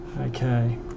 Okay